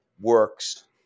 works